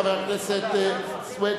חבר הכנסת סוייד,